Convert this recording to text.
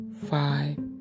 five